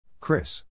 Chris